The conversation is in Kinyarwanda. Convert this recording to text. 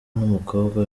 n’umukobwa